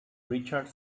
richard